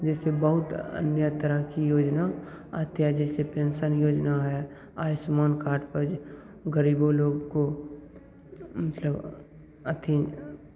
जैसे बहुत अन्य तरह की योजना आते है जैसे पेंसन योजना है आयुष्मान कार्ड पर ग़रीबों लोग को मतलब